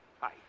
Hi